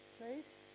please